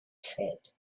said